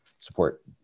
support